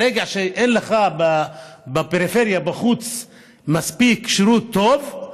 ברגע שאין לך בפריפריה, בחוץ, שירות מספיק טוב,